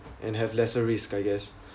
and have lesser risk I guess